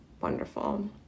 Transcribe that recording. wonderful